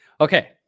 Okay